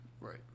Right